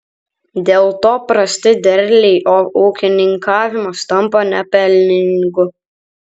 dėl to prasti derliai o ūkininkavimas tampa nepelningu